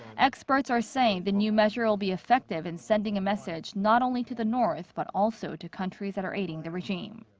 experts are saying the new measure will be effective in sending a message not only to the north but also to countries that are aiding the regime.